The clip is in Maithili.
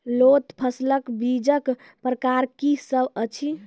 लोत फसलक बीजक प्रकार की सब अछि?